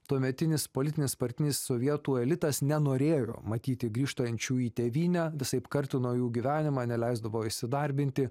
tuometinis politinis partinis sovietų elitas nenorėjo matyti grįžtančių į tėvynę visaip kartino jų gyvenimą neleisdavo įsidarbinti